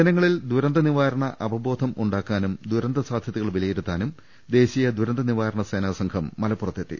ജനങ്ങളിൽ ദുരന്ത നിവാരണ അവബോധം ഉണ്ടാക്കാനും ദുരന്ത സാധ്യതകൾ വിലയിരുത്താനും ദേശീയ ദുരന്ത നിവാരണ സേനാ സംഘം മലപ്പൂറത്തെത്തി